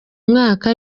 mwaka